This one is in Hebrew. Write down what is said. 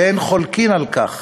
ואין חולק על כך